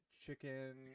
chicken